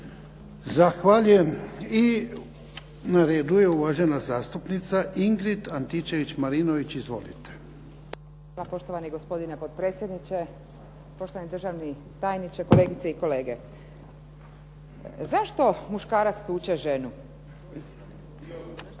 Zahvaljujem. I na redu je uvažena zastupnica Ingrid Antičević Marinović. Izvolite.